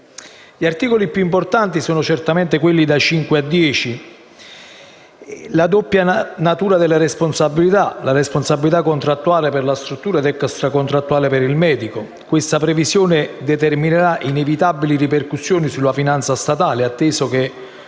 Gli articoli più importanti sono certamente quelli da 5 a 10. La previsione della doppia natura della responsabilità - la responsabilità contrattuale per la struttura ed extra contrattuale per il medico - determinerà inevitabili ripercussioni sulla finanza statale, atteso che